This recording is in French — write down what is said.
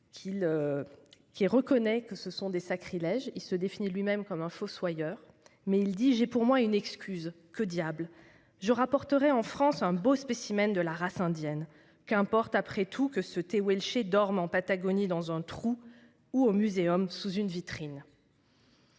il reconnaît qu'il s'agit d'un sacrilège : il se définit lui-même comme un « fossoyeur ». Il affirme :« J'ai pour moi une excuse, que diable ! car je rapporterai en France un beau spécimen de la race indienne. Qu'importe après tout que ce Tehuelche dorme en Patagonie dans un trou ou au Muséum sous une vitrine. »